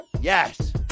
Yes